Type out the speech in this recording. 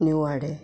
निवाडे